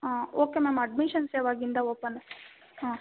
ಹಾಂ okay ma'am admissions ಯಾವಾಗಿಂದ open ಹಾಂ